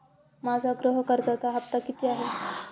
माझ्या गृह कर्जाचा हफ्ता किती आहे?